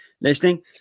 listening